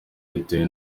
bitewe